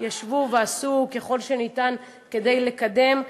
ישבו ועשו ככל שניתן כדי לקדם.